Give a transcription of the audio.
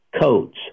codes